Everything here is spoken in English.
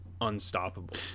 unstoppable